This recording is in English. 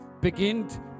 beginnt